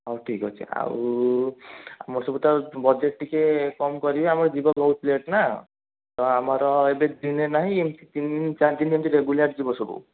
ହଉ ଠିକ୍ ଅଛି ଆଉ ଆମର ସବୁ ତ ବଜେଟ୍ ଟିକିଏ କମ୍ କରିବେ ଆମର ଯିବ ବହୁତ ପ୍ଳେଟ୍ ନା ତ ଆମର ଏବେ ଦିନେ ନାହିଁ ଏମିତି ତିନ୍ ଦିନ୍ ଚାରିଦିନ୍ ଏମିତି ରେଗୁଲାର୍ ଯିବ ସବୁ